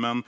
Men